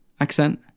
accent